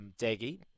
Daggy